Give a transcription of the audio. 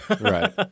Right